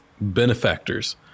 benefactors